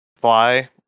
fly